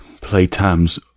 Playtime's